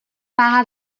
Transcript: váha